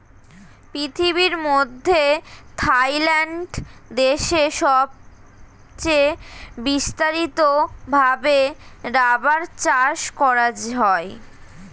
পৃথিবীর মধ্যে থাইল্যান্ড দেশে সবচে বিস্তারিত ভাবে রাবার চাষ করা হয়